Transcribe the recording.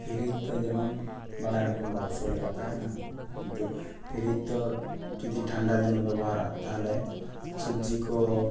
fridge ᱫᱚ ᱡᱮᱢᱚᱱ ᱵᱟᱲᱟᱭᱟᱵᱚᱱ ᱵᱟᱠᱥᱚ ᱞᱮᱠᱟ ᱛᱟᱦᱮᱱᱟ ᱠᱤᱱᱛᱩ ᱯᱷᱤᱨᱤᱡᱽ ᱫᱚ ᱡᱩᱫᱤ ᱴᱷᱟᱱᱰᱟ ᱫᱤᱱᱮᱢ ᱵᱮᱵᱚᱦᱟᱨᱟ ᱛᱟᱦᱚᱞᱮ ᱥᱚᱵᱡᱤ ᱠᱚ